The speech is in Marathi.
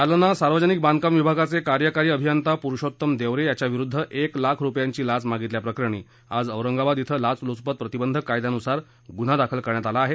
जालना सार्वजनिक बांधकाम विभागाचे कार्यकारी अभियंता पुरुषोत्तम देवरे याच्या विरुध्द एक लाख रुपयांची लाच मागितल्याप्रकरणी आज औरंगाबाद इथं लाचलुचपत प्रतिबंधक कायद्यानुसार गुन्हा दाखल करण्यात आला आहे